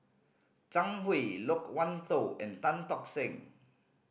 Zhang Hui Loke Wan Tho and Tan Tock Seng